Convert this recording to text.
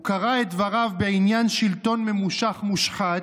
הוא קרא את דבריו בעניין שלטון ממושך מושחת,